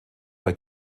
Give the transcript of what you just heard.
bei